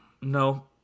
No